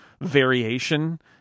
variation